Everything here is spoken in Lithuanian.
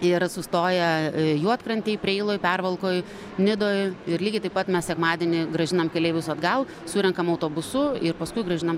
ir sustoja juodkrantėj preiloj pervalkoj nidoj ir lygiai taip pat mes sekmadienį grąžinam keleivius atgal surenkam autobusu ir paskui grąžinam